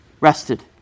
rested